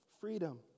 freedom